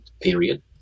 period